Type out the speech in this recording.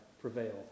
prevail